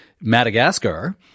Madagascar